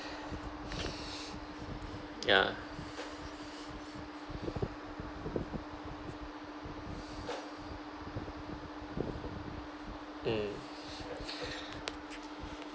ya mm